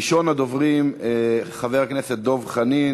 ראשון הדוברים הוא חבר הכנסת דב חנין.